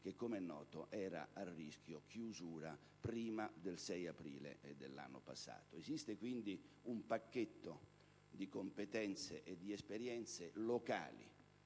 che - com'è noto - era a rischio chiusura prima del 6 aprile dell'anno passato. Esiste quindi un pacchetto di competenze e di esperienze locali,